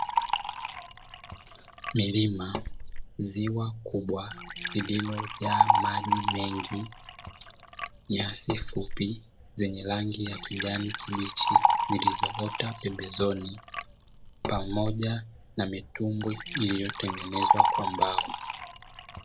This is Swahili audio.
Milima, ziwa kubwa, lililo na maji mengi, nyasi fupi zenye rangi ya kijani kibichi zilizoota pembezoni, pamoja na mitumbwi iliyotengenezwa kwa mbao.